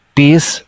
peace